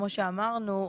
כמו שאמרנו,